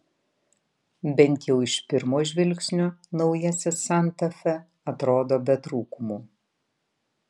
bent jau iš pirmo žvilgsnio naujasis santa fe atrodo be trūkumų